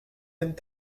aiment